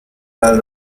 legal